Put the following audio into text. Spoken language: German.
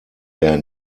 der